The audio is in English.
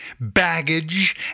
baggage